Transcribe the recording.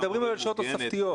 מדברים על שעות תוספתיות.